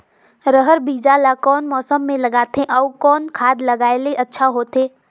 रहर बीजा ला कौन मौसम मे लगाथे अउ कौन खाद लगायेले अच्छा होथे?